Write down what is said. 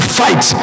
fight